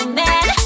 man